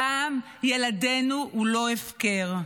דם ילדינו הוא לא הפקר.